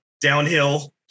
Downhill